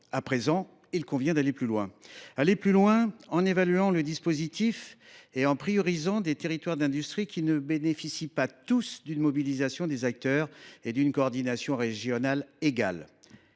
victoire. Il convient à présent d’aller plus loin, en évaluant le dispositif et en priorisant, les territoires d’industrie ne bénéficiant pas tous d’une mobilisation des acteurs et d’une coordination régionale égales.